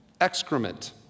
Excrement